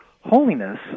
holiness